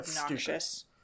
obnoxious